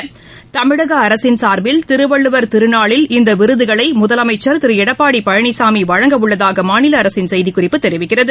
சார்பில் தமிழகஅரசின் திருவள்ளவர் திருநாளில் இந்தவிருதுகளைமுதலமைச்சர் திருஎடப்பாடிபழனிசாமிவழங்கவுள்ளதாகமாநிலஅரசின் செய்திக்குறிப்பு தெரிவிக்கிறது